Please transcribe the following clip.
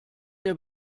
der